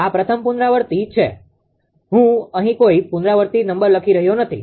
આ પ્રથમ પુનરાવૃત્તિ છે હું અહીં કોઈ પુનરાવૃત્તિ નંબર લખી રહ્યો નથી